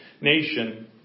nation